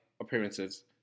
appearances